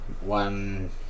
One